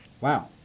Wow